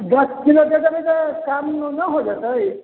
दश किलो दे देबए तऽ काम नहि हो जेतै